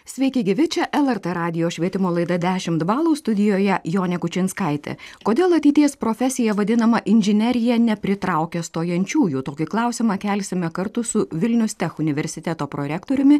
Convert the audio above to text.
sveiki gyvi čia lrt radijo švietimo laida dešimt balų studijoje jonė kučinskaitė kodėl ateities profesija vadinama inžinerija nepritraukia stojančiųjų tokį klausimą kelsime kartu su vilnius tech universiteto prorektoriumi